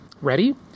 Ready